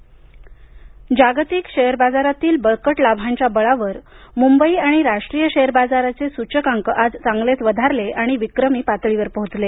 share जागतिक share बाजारातील बळकट लाभांच्या बळावर मुंबई आणि राष्ट्रीय शेअर बाजारांचे सूचकांक आज चांगलेच वधारले आणि विक्रमी पातळीवर पोहोचले